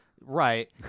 Right